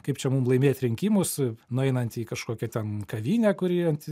kaip čia mum laimėt rinkimus nueinant į kažkokią ten kavinę kuri ant